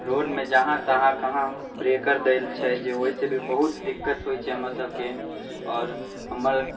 रोडमे जहाँ तहाँ कहाँ ब्रेकर देल छै जे ओहि से भी बहुत दिक्कत होइत छै हमरा सभकेँ आओर हमर